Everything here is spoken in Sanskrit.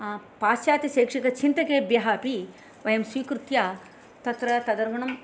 पाश्चात्यशैक्षिकचिन्तकेभ्यः अपि वयं स्वीकृत्य तत्र तदनुगुणं